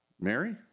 Mary